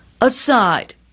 aside